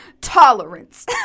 tolerance